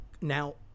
now